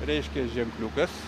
reiškia ženkliukas